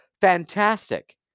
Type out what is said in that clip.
fantastic